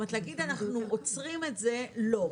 להגיד, אנחנו עוצרים את זה, לא.